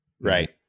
right